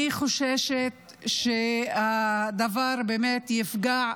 אני חוששת שהדבר באמת יפגע,